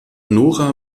nora